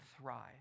thrive